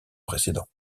précédents